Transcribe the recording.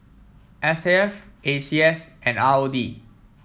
S A F A C S and R O D